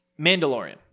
Mandalorian